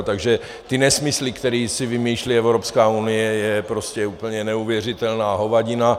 Takže ty nesmysly, které si vymýšlí Evropská unie, je úplně neuvěřitelná hovadina.